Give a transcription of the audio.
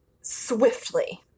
swiftly